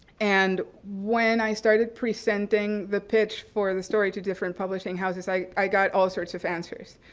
and when i started presenting the pitch for the story to different publishing houses i i got all sorts of answers.